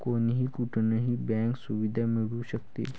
कोणीही कुठूनही बँक सुविधा मिळू शकते